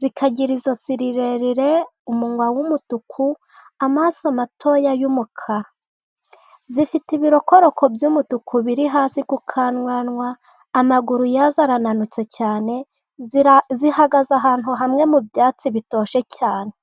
zikagira ijosi rirerire, umunwa w'umutuku, amaso matoya y'umukara. Zifite ibirokoroko by'umutuku biri hasi ku kananwa amaguru yazo arananutse cyane zihagaze ahantu hamwe mu byatsi bitoshye cyane.